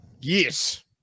Yes